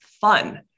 fun